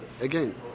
again